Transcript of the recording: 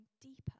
deeper